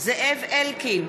זאב אלקין,